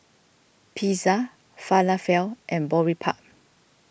Pizza Falafel and Boribap